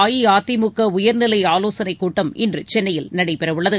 அஇஅதிமுக உயர்நிலை ஆலோசனைக் கூட்டம் இன்று சென்னையில் நடைபெறவுள்ளது